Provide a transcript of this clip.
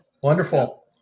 wonderful